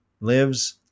lives